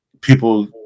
people